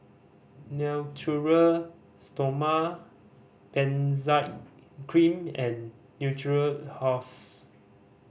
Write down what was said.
Natura Stoma Benzac Cream and Natura House